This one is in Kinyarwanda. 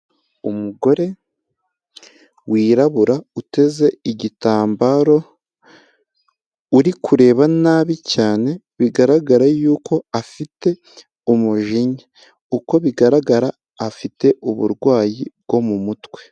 Umugore, wirabura uteze igitambaro, uri kureba nabi cyane, bigaragara yuko afite umujinya, uko bigaragara afite uburwayi bwo mu mutwe.